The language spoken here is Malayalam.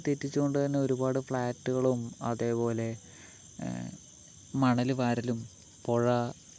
അതൊക്കെ തെറ്റിച്ചുകൊണ്ടുതന്നെ ഒരുപാട് ഫ്ലാറ്റുകളും അതേപോലെ മണല് വാരലും പുഴ